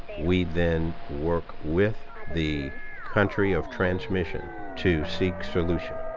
we then work with the country of transmission to seek solution